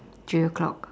three o'clock